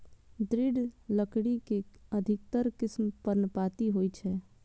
दृढ़ लकड़ी के अधिकतर किस्म पर्णपाती होइ छै